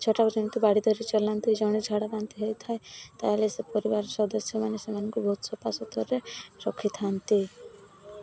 ଛୁଆଟାକୁ ଯେମିତି ବାଡ଼ି ଧରି ଚଲାନ୍ତି ଜଣେ ଝାଡ଼ା ବାନ୍ତି ହେଇଥାଏ ତା'ହେଲେ ସେ ପରିବାର ସଦସ୍ୟମାନେ ସେମାନଙ୍କୁ ବହୁତ ସଫାସୁତୁରାରେ ରଖିଥାନ୍ତି